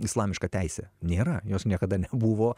islamiška teisė nėra jos niekada nebuvo